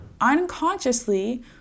unconsciously